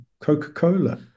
Coca-Cola